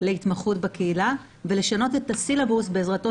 להתמחות בקהילה ולשנות את הסילבוס בעזרתו